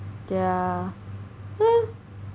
ya